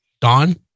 Don